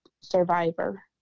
survivor